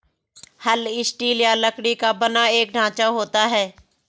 हल स्टील या लकड़ी का बना एक ढांचा होता है